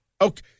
Okay